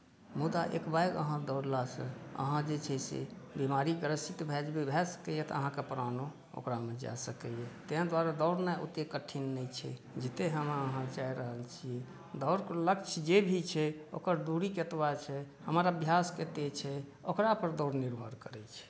मुदा एकबैग अहाँ दौड़लासँ अहाँ जे छै से बिमारी ग्रसित भए जेबै भए सकैए तऽ अहाँकेँ प्राणो ओकरामे जा सकैए तै दुआरे दौड़नाइ ओते कठिन नहि छै जते हम अहाँ चाहि रहल छी दौड़ कऽ लक्ष्य जे भी छै ओकर दुरी केतबा छै हमर अभ्यास कते छै ओकरा पर दौड़ निर्भर करै छै